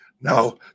Now